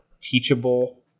teachable